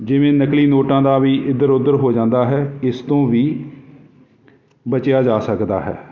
ਜਿਵੇਂ ਨਕਲੀ ਨੋਟਾਂ ਦਾ ਵੀ ਇੱਧਰ ਉੱਧਰ ਹੋ ਜਾਂਦਾ ਹੈ ਇਸ ਤੋਂ ਵੀ ਬਚਿਆ ਜਾ ਸਕਦਾ ਹੈ